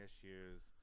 issues